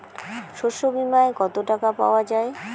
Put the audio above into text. শস্য বিমায় কত টাকা পাওয়া যায়?